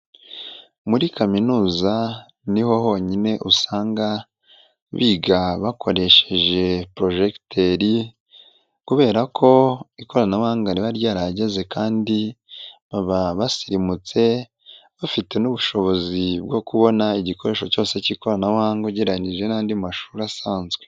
Muri kaminuza niho honyine usanga biga bakoresheje porojegiteri kubera ko ikoranabuhanga riba ryarahageze kandi baba basirimutse, bafite n'ubushobozi bwo kubona igikoresho cyose cy'ikoranabuhanga ugereranyije n'andi mashuri asanzwe.